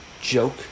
joke